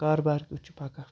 کاربار کیُتھ چھُ پَکان